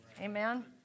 Amen